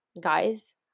guys